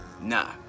nah